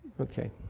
Okay